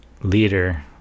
leader